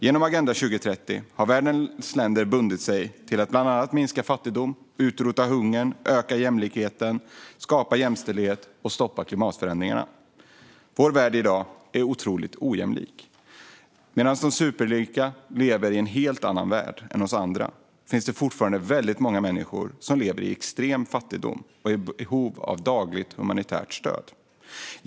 Genom Agenda 2030 har världens länder bundit sig till att bland annat minska fattigdomen, utrota hungern, öka jämlikheten, skapa jämställdhet och stoppa klimatförändringarna. Vår värld är i dag otroligt ojämlik. Medan de superrika lever i en helt annan värld än oss andra finns det fortfarande väldigt många människor som lever i extrem fattigdom och är i behov av dagligt humanitärt stöd.